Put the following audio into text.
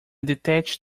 detached